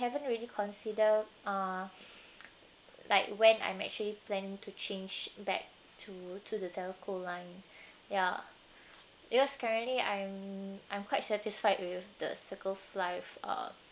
I haven't really consider uh like when I'm actually planning to change back to to the telco line ya because currently I'm I'm quite satisfied with the circles life uh